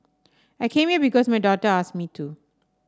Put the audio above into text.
I came here because my daughter asked me to